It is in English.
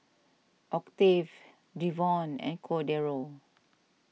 Octave Devon and Cordero